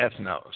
ethnos